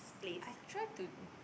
I try to